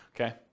okay